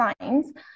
science